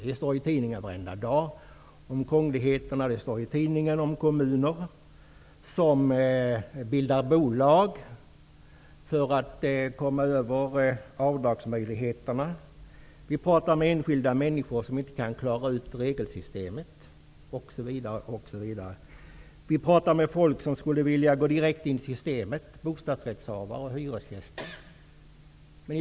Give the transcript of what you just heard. Det står i tidningen varenda dag om krångligheterna. Det står i tidningen om kommuner som bildar bolag för att komma över avdragsmöjligheterna. Vi pratar med enskilda människor som inte kan klara ut regelsystemet, osv. Vi pratar med folk som skulle vilja gå direkt in i systemet, bostadsrättshavare och hyresgäster.